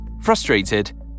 frustrated